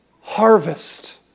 harvest